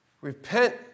Repent